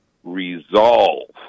Resolve